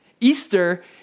Easter